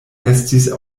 estis